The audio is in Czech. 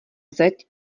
zeď